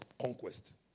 conquest